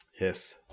Yes